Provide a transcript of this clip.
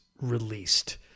released